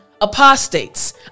apostates